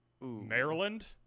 Maryland